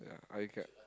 ya I ca~